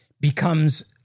becomes